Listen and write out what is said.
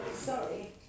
Sorry